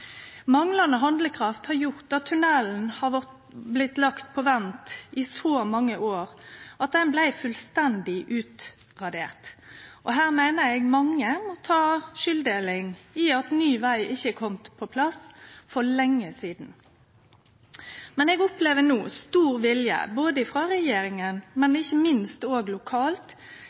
Manglande handlekraft har gjort at tunnelen har blitt lagt på vent i så mange år at han blei fullstendig utdatert, og eg meiner at mange må ta del i skulda for at ny veg ikkje har kome på plass for lenge sidan. Men eg opplever no stor vilje, både frå regjeringa og ikkje minst lokalt, til at ein skal vere konstruktiv og